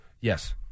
Yes